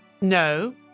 no